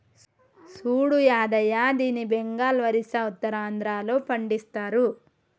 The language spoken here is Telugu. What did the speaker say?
సూడు యాదయ్య దీన్ని బెంగాల్, ఒరిస్సా, ఉత్తరాంధ్రలో పండిస్తరు